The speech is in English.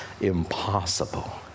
impossible